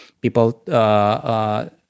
people